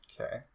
Okay